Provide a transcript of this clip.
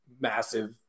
massive